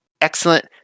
excellent